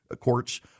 courts